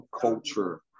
culture